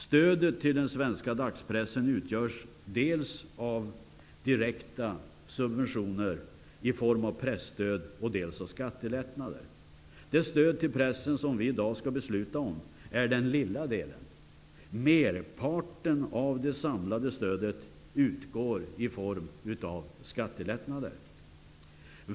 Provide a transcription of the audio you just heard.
Stödet till den svenska dagspressen utgörs dels av direkta subventioner i form av presstöd och dels av skattelättnader. Det stöd till pressen som vi i dag skall besluta om är den lilla delen. Merparten av det sammanlagda stödet utgår i form av skattelättnader.